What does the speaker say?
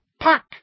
Pack